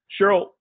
Cheryl